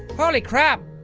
holy crap.